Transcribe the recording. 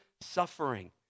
suffering